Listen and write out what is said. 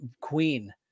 Queen